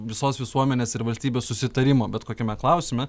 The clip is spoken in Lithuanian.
visos visuomenės ir valstybių susitarimo bet kokiame klausime